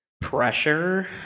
pressure